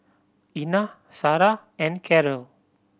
Ina Sara and Carol